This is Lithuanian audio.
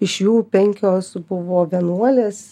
iš jų penkios buvo vienuolės